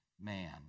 man